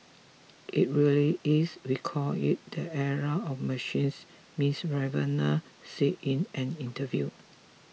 it really is we call it the era of machines Miss Rivera said in an interview